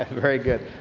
very good.